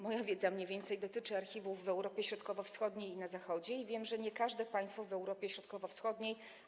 Moja wiedza dotyczy mniej więcej archiwów w Europie Środkowo-Wschodniej i na Zachodzie i wiem, że nie każde państwo w Europie Środkowo-Wschodniej.